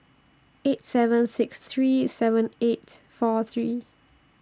eight seven six three seven eight four three